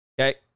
Okay